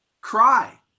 cry